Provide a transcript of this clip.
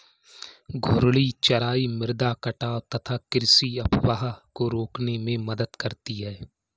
घूर्णी चराई मृदा कटाव तथा कृषि अपवाह को रोकने में मदद करती है